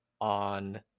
on